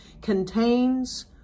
contains